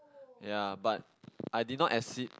ya but I did not exceed